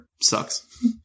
sucks